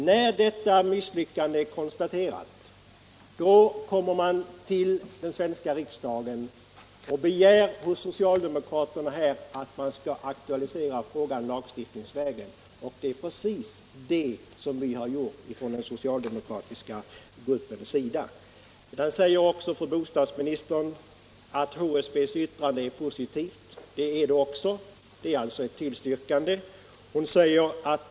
När misslyckandet att nå resultat på den vägen numera är konstaterat, har man kommit till socialdemokraterna i riksdagen och begärt att vi skall aktualisera frågan lagstiftningsvägen. Det är precis vad den socialdemokratiska gruppen har gjort. HSB:s yttrande är positivt, säger fru bostadsministern. Ja, det är det.